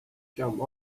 came